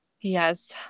yes